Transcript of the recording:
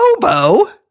Bobo